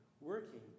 working